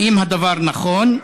1. האם הדבר נכון?